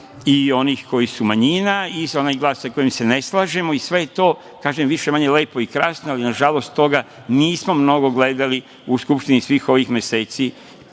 i onih koji su manjina i onaj glas sa kojim se ne slažemo i sve to je, kažem, više-manje lepo i krasno, ali nažalost, toga nismo mnogo gledali u Skupštini svih ovih meseci,